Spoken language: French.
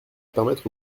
permettre